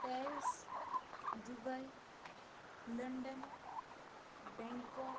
Paris Dubai London Bangkok